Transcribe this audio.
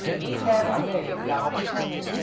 we have a measure, dump filters.